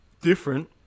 different